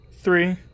Three